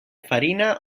farina